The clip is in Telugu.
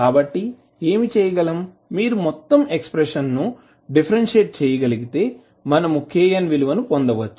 కాబట్టి ఏమి చేయగలం మీరు మొత్తం ఎక్స్ప్రెషన్ ను డిఫరెన్షియేట్ చేయగలిగితే మనము kn విలువను పొందవచ్చు